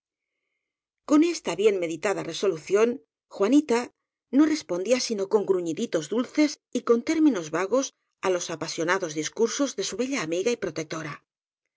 con esta bien meditada resolución juanita no respondía sino con gruñiditos dulces y con tér minos vagos á los apasionados discursos de su be lla amiga y protectora